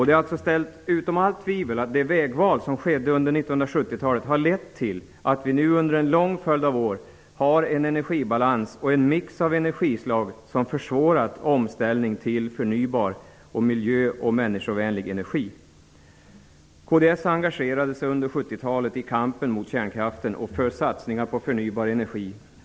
Det är ställt utom allt tvivel att det vägval som skedde under 1970-talet har lett till att vi nu under en lång följd av år har en energibalans och en mix av energislag som försvårat omställning till förnybar och miljö och människovänlig energi. Kds engagerade sig under 1970-talet i kampen emot kärnkraften och för satsningar på förnybar energi.